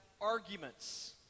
arguments